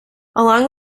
along